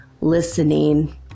listening